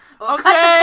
Okay